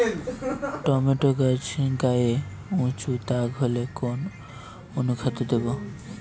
Tomato গায়ে উচু দাগ হলে কোন অনুখাদ্য দেবো?